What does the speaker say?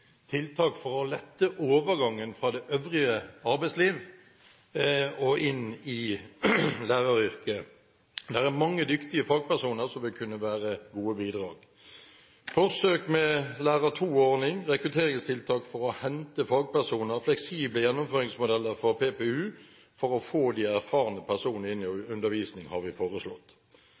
tiltak for å lette overgangen fra det øvrige arbeidsliv og inn i læreryrket. Det er mange dyktige fagpersoner som vil kunne være gode bidragsytere. Vi har foreslått forsøk med Lærer 2-ordning, rekrutteringstiltak for å hente fagpersoner og fleksible gjennomføringsmodeller for PPU, for å få de erfarne personene inn i undervisning. Statsråden har